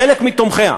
חלק מתומכיה,